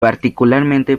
particularmente